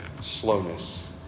slowness